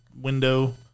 window